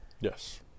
Yes